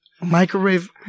Microwave